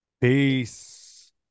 Peace